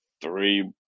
three